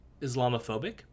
Islamophobic